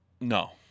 no